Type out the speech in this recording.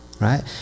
right